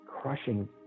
crushing